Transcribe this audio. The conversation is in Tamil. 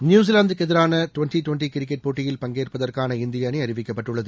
நியூசிலாந்துக்கு எதிரான ட்வெண்ட்டி ட்வெண்ட்டி கிரிக்கெட் போட்டியில் பங்கேற்பதற்கான இந்திய அணி அறிவிக்கப்பட்டுள்ளது